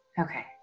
Okay